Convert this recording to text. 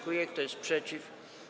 Kto jest przeciw?